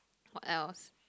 what else